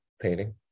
painting